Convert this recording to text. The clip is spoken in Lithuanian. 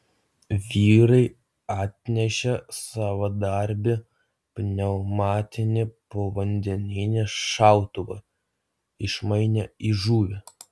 vyrai atnešė savadarbį pneumatinį povandeninį šautuvą išmainė į žuvį